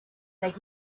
make